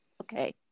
Okay